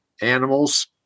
animals